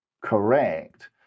correct